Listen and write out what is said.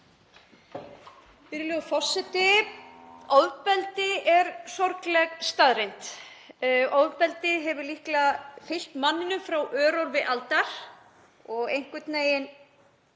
Virðulegur forseti. Ofbeldi er sorgleg staðreynd. Ofbeldi hefur líklega fylgt manninum frá örófi alda og einhvern veginn